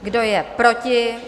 Kdo je proti?